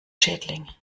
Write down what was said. schädling